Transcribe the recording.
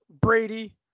Brady